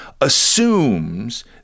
assumes